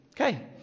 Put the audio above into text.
Okay